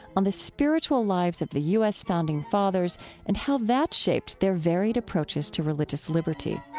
on the spiritual lives of the u s. founding fathers and how that shaped their varied approaches to religious liberty